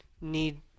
need